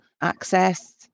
access